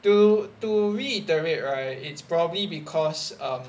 to to reinterate right it's probably because um